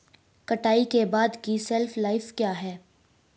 कटाई के बाद की शेल्फ लाइफ क्या है?